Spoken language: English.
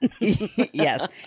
Yes